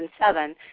2007